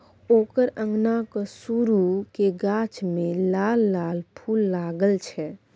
ओकर अंगनाक सुरू क गाछ मे लाल लाल फूल लागल छै